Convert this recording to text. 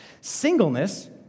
Singleness